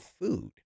food